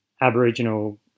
aboriginal